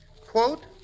Quote